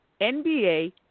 NBA